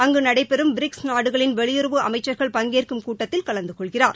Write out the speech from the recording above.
அங்கு நடைபெறும் பிரிக்ஸ் நாடுகளின் வெளியுறவு அமைச்சர்கள் பங்கேற்கும் கூட்டத்தில் கலந்து கொள்கிறார்